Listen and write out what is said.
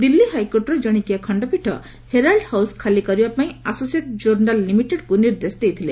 ଦିଲ୍ଲୀ ହାଇକୋର୍ଟର କଶିକିଆ ଖଣ୍ଡପୀଠ ହେରାଲ୍ଡ ହାଉସ ଖାଲି କରିବା ପାଇଁ ଆସୋସିଏଟ୍ ଜୋରନାଲ୍ ଲିମିଟେଡକୁ ନିର୍ଦ୍ଦେଶ ଦେଇଥିଲେ